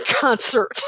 concert